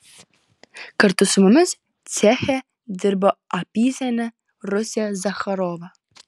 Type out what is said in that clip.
kartu su mumis ceche dirbo apysenė rusė zacharova